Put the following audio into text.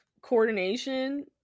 coordination